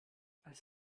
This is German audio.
als